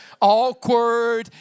awkward